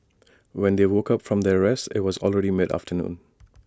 when they woke up from their rest IT was already mid afternoon